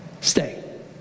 stay